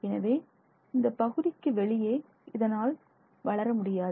எனவே இந்த பகுதிக்கு வெளியே இதனால் வளர முடியாது